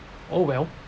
oh well